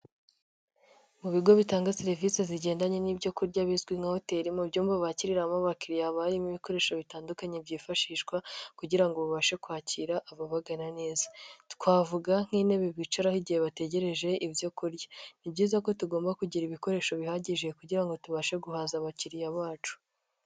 Mu bigo bitanga serivisi zigendanye n'ibyo kurya bizwi nka hoteli, mu byumba bakiriramo abakiriya haba harimo ibikoresho bitandukanye byifashishwa kugira ngo babashe kwakira ababagana neza, twavuga nk'intebe bicaraho igihe bategereje ibyo kurya; ni byiza ko tugomba kugira ibikoresho bihagije kugira ngo tubashe guhaza abakiriya bacu.